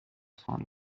خانوم